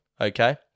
Okay